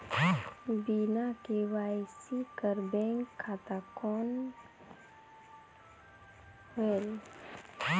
बिना के.वाई.सी कर बैंक खाता कौन होएल?